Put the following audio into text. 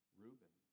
Reuben